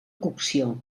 cocció